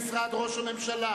משרד ראש הממשלה